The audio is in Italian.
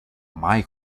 mai